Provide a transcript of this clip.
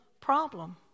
problem